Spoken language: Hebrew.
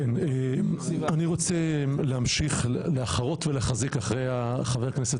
אני רוצה להמשיך להחרות ולחזק אחרי חבר הכנסת